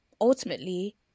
ultimately